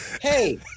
hey